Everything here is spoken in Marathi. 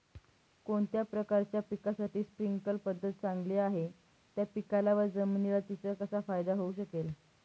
कोणत्या प्रकारच्या पिकासाठी स्प्रिंकल पद्धत चांगली आहे? त्या पिकाला व जमिनीला तिचा कसा फायदा होऊ शकेल?